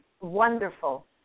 wonderful